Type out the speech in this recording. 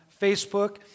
Facebook